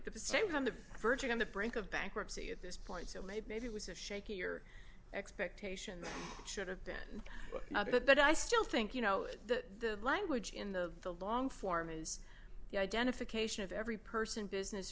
it's the same kind of verging on the brink of bankruptcy at this point so maybe it was a shaky or expectation that should have been but i still think you know the language in the the long form is the identification of every person business